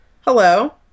Hello